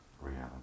reality